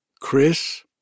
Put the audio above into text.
Chris